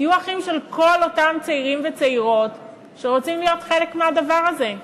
תהיו אחים של כל אותם צעירים וצעירות שרוצים להיות חלק מהדבר הזה.